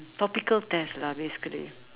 topical test lah basically